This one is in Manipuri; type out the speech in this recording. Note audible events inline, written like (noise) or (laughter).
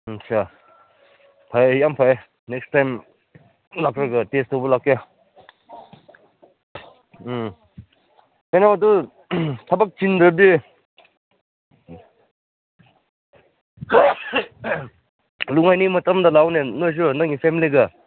ꯑꯠꯁꯥ ꯐꯩ ꯌꯥꯝ ꯐꯩꯌꯦ ꯅꯦꯛꯁ ꯇꯥꯏꯝ ꯇꯦꯁ (unintelligible) ꯇꯧꯕ ꯂꯥꯛꯀꯦ ꯀꯩꯅꯣꯗꯨ ꯊꯕꯛ ꯆꯤꯟꯗ꯭ꯔꯗꯤ ꯂꯨꯉꯥꯏꯅꯤ ꯃꯇꯝꯗ ꯂꯥꯛꯎꯅꯦ ꯅꯣꯏꯁꯨ ꯅꯣꯏꯒꯤ ꯐꯦꯃꯤꯂꯤꯒ